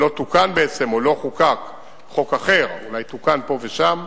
לא חוקק חוק אחר, אולי תוקן פה ושם,